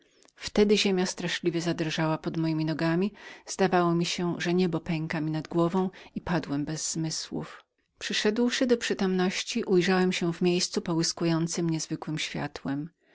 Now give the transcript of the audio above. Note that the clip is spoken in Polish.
wtedy ziemia straszliwie zadrżała pod mojemi nogami zdało mi się że niebo pęka mi nad głową i padłem bez zmysłów przyszedłszy do przytomności ujrzałem się w miejscu połyskującem niezwykłem światłem